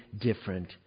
different